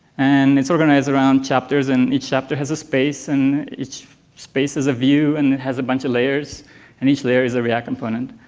and it's organized around chapters and each chapter has a space and each space is a view and it has a bunch of layers and each layer is a react component.